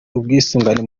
ubwisungane